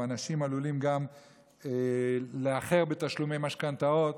ואנשים עלולים גם לאחר בתשלומי משכנתאות.